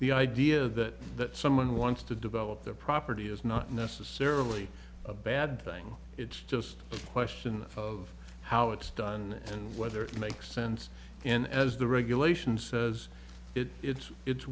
the idea that that someone wants to develop their property is not necessarily a bad thing it's just a question of how it's done and whether it makes sense and as the regulations as it's it